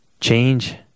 Change